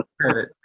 credit